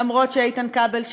אף שאיתן כבל,